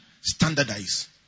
standardize